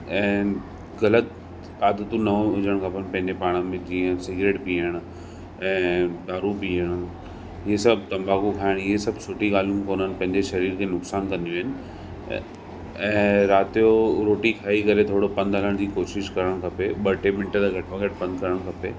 ऐं ग़लति आदतूं न हुजणु खपनि पंहिंजे पाण में जीअं सिगरेट पीअणु ऐं दारू पीअणु इहे सभु तंबाकू खाइण इहे सभु सुठी गाल्हियूं कान्हनि पंहिंजे शरीर खे नुक़सान कंदियूं आहिनि ऐं ऐं राति जो रोटी खाए करे थोरो पंधु हलण जी कोशिशि करण खपे ॿ टे मिंट त घट में घट पंधु खपे